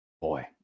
Boy